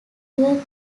were